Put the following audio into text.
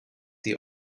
die